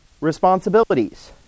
responsibilities